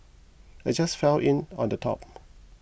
I just fell in on the top